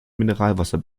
mineralwasser